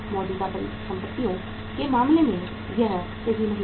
मौजूदा संपत्तियों के मामले में यह सही नहीं है